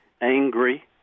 angry